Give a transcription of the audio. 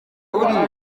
uriga